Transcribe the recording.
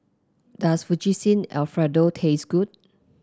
does Fettuccine Alfredo taste good